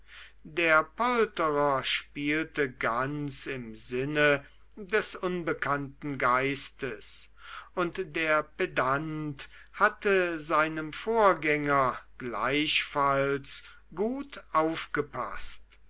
der polterer spielte ganz im sinne des unbekannten geistes und der pedant hatte seinem vorgänger gleichfalls gut aufgepaßt